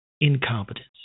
incompetence